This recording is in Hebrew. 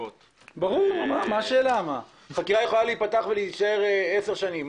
חקירה יכולה להיפתח ולהישאר 10 שנים,